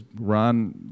Ron